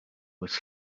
was